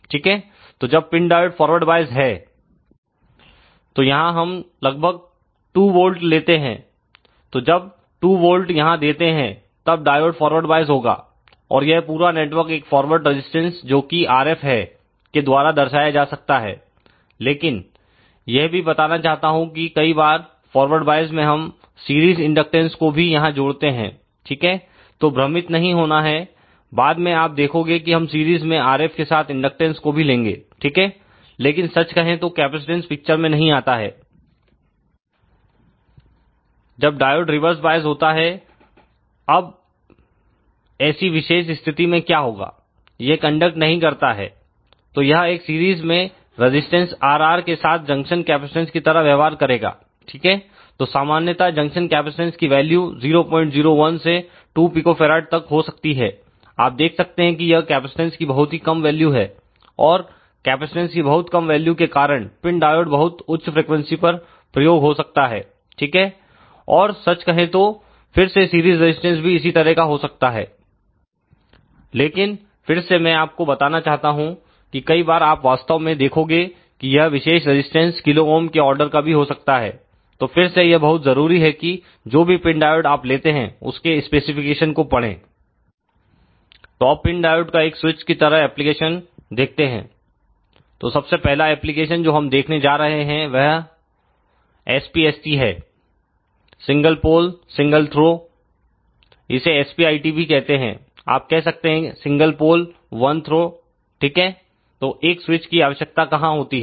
ठीक है तो जब पिन डायोड फॉरवार्ड बॉयस है तो यहां हम लगभग 2 वोल्ट लेते हैं तो जब 2 वोल्ट यहां देते हैं तब डायोड फॉरवार्ड बॉयस होगा और यह पूरा नेटवर्क एक फॉरवर्ड रजिस्टेंस जोकि RF है के द्वारा दर्शाया जा सकता है लेकिन यह भी बताना चाहता हूं कि कई बार फॉरवर्ड बॉयस में हम सीरीज इंडक्टेंस को भी यहां जोड़ते हैं ठीक है तो भ्रमित नहीं होना है बाद में आप देखोगे कि हम सीरीज में RF के साथ इंडक्टेंस को भी लेंगे ठीक है लेकिन सच कहें तो कैपेसिटेंस पिक्चर में नहीं आता है जब डायोड रिवर्स बॉयस होता है अब ऐसी विशेष स्थिति में क्या होगा यह कंडक्ट नहीं करता है तो यह एक सीरीज में रजिस्टेंस Rr के साथ जंक्शन कैपेसिटेंस की तरह व्यवहार करेगा ठीक है तो सामान्यता जंक्शन कैपेसिटेंस की वैल्यू 001 से 2 pF तक हो सकती है आप देख सकते हैं कि यह कैपेसिटेंस की बहुत ही कम वैल्यू है और कैपेसिटेंस की बहुत कम वैल्यू के कारण पिन डायोड बहुत उच्च फ्रीक्वेंसी पर प्रयोग हो सकता है ठीक है और सच कहें तो फिर से सीरीज रजिस्टेंस भी इसी तरह का हो सकता है लेकिन फिर से मैं आपको बताना चाहता हूं कि कई बार आप वास्तव में देखोगे कि यह विशेष रजिस्टेंस kΩ के आर्डर का भी हो सकता है तो फिर से यह बहुत जरूरी है कि जो भी पिन डायोड आप लेते हैं उसके स्पेसिफिकेशन को पढ़ें तो अब पिन डायोड का एक स्विच की तरह एप्लीकेशन देखते हैं तो सबसे पहला एप्लीकेशन जो हम देखने जा रहे हैं वह SPST है सिंगल पोल सिंगल थ्रो इसे SPIT भी कहते हैं आप कह सकते सिंगल पोल वन थ्रो ठीक है तो एक स्विच की आवश्यकता कहां होती है